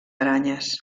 aranyes